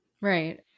Right